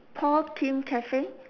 paul kim cafe